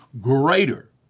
greater